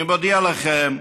אני מודיע לכם,